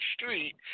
street